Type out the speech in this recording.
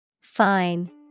Fine